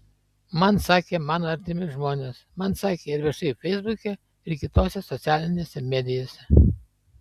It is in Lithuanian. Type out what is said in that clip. man sakė mano artimi žmonės man sakė ir viešai feisbuke ir kitose socialinėse medijose